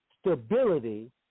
stability